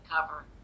cover